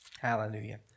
Hallelujah